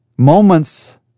Moments